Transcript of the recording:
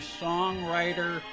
songwriter